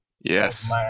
Yes